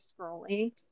scrolling